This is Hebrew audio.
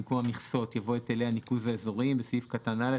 במקום "המכסות" יבוא "היטלי הניקוז האזוריים"; (2)בסעיף קטן (א),